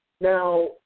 Now